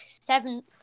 seventh